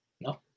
No